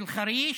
של חריש.